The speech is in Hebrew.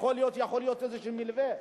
יכול להיות שיהיה איזה מלווה,